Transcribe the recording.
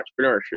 entrepreneurship